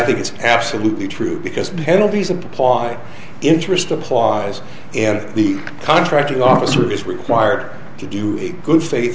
think it's absolutely true because penalties apply interest applies and the contracting officer is required to do a good